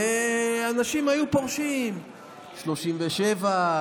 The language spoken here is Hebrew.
ואנשים היו פורשים בגיל 37,